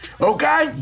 Okay